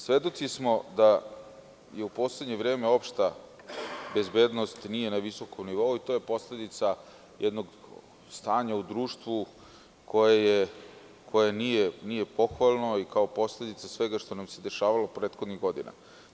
Svedoci smo da u poslednje vreme opšta bezbednost nije na visokom nivou i to je posledica jednog stanja u društvu koje nije pohvalno i kao posledica svega što nam se dešavalo u prethodnim godinama.